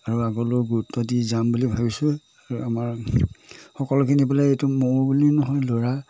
আৰু আগলৈও গুৰুত্ব দি যাম বুলি ভাবিছোঁ আৰু আমাৰ সকলোখিনি পেলাই এইটো মোৰ বুলি নহয় ল'ৰা